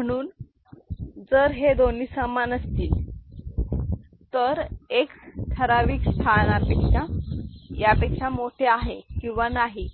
म्हणून जर हे दोन्ही समान असतील तर X ठराविक स्थान यापेक्षा मोठे आहे किंवा नाही